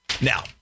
Now